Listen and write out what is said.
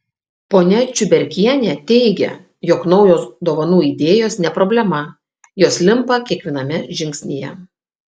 ponia čiuberkienė teigia jog naujos dovanų idėjos ne problema jos limpa kiekviename žingsnyje